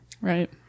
Right